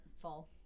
Fall